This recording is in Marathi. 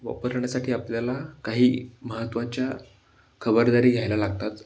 वापरण्यासाठी आपल्याला काही महत्वाच्या खबरदारी घ्यायला लागतात